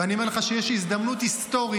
ואני אומר לך שיש הזדמנות היסטורית,